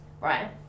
right